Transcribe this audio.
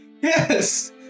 yes